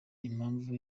impamvu